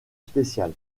spécial